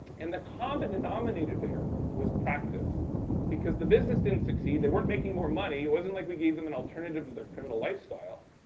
and the common denominator there was practice because the business didn't succeed. they weren't making more money. it wasn't like we gave them an alternative to their criminal lifestyle,